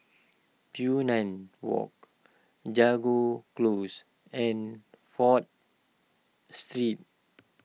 Walk Jago Close and Fourth Street